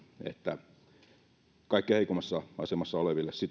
että kaikkein heikoimmassa asemassa oleville